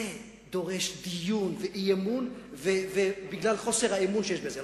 זה דורש דיון ואי-אמון, בגלל חוסר האמון שיש בזה.